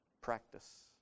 practice